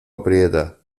aprieta